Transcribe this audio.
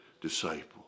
disciple